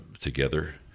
together